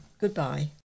Goodbye